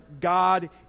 God